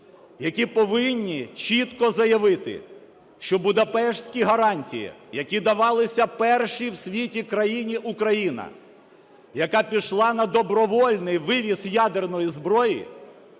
які повинні чітко заявити, що будапештські гарантії, які давалися першій в світі країні - Україна, яка пішла на добровільний вивіз ядерної зброї,